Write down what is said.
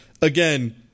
again